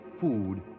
food